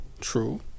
True